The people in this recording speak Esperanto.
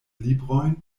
librojn